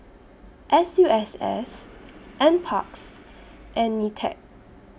S U S S NParks and NITEC